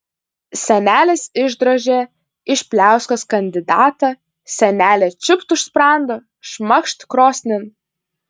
senelis išdrožė iš pliauskos kandidatą senelė čiūpt už sprando šmakšt krosnin